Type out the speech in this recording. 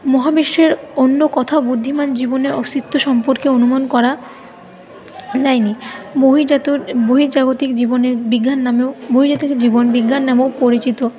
মহাবিশ্বের অন্য কোথাও বুদ্ধিমান জীবনে অস্তিত্ব সম্পর্কে অনুমান করা যায় নি বহির্জাত বহির্জাগতিক জীবনে বিজ্ঞান নামেও বহিরাগত জীবন বিজ্ঞান নামেও পরিচিত